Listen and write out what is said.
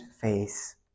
face